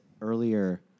earlier